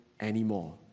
anymore